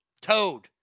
Toad